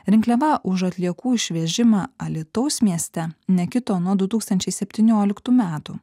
rinkliava už atliekų išvežimą alytaus mieste nekito nuo du tūkstančiai septynioliktų metų